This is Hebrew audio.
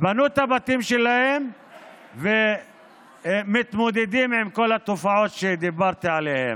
בנו את הבתים שלהם ומתמודדים עם כל התופעות שדיברתי עליהם.